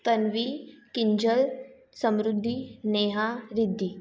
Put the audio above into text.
Tanvi Kinjal Samruddhi Neha Riddhi